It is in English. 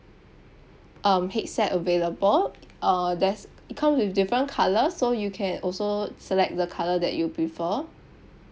um headset available uh there's it comes with different colour so you can also select the colour that you prefer